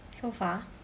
so far